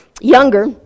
younger